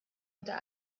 unter